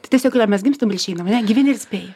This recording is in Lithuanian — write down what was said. tai tiesiog yra mes gimstam ir išeinam ane gyveni ir spėji